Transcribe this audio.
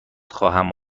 خواهم